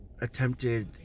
attempted